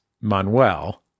Manuel